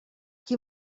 qui